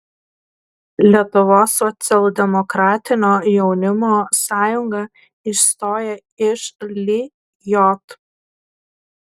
lietuvos socialdemokratinio jaunimo sąjunga išstoja iš lijot